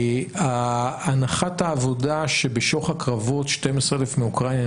הנחת העבודה שבשוך הקרבות 12,000 מאוקראינה,